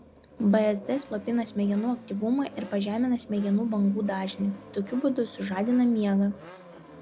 bzd slopina smegenų aktyvumą ir pažemina smegenų bangų dažnį tokiu būdu sužadina miegą